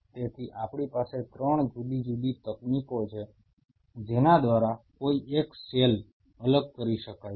તેથી આપણી પાસે 3 જુદી જુદી તકનીકો છે જેના દ્વારા કોઈ એક સેલ અલગ કરી શકાય છે